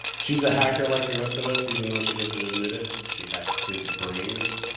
she's a hacker like the rest of us even though she doesn't admit it she hacks kids brains.